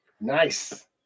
Nice